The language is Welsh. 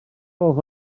gwelwch